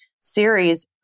Series